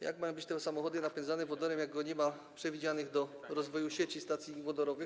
Jak mają być te samochody napędzane wodorem, jak nie ma przewidzianych do rozwoju sieci stacji wodorowych?